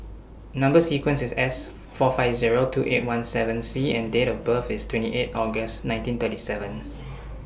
Number sequence IS S four five Zero two eight one seven C and Date of birth IS twenty eight August nineteen thirty seven